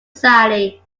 society